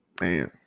man